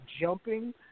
jumping